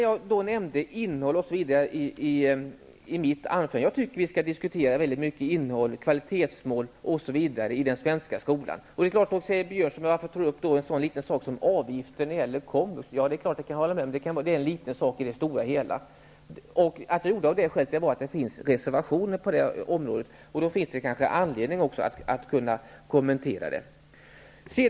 Jag nämnde i mitt anförande vidare frågan om skolans innehåll. Jag tycker att vi skall diskutera innehållet, kvalitetsmålen osv. i den svenska skolan. Björn Samuelson frågar varför jag tog upp en så liten fråga som avgifter till komvux. Jag kan hålla med om att det är en liten fråga i det stora hela, men anledningen till att jag kommenterade den var att det finns reservationer på den punkten.